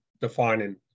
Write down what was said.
defining